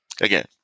again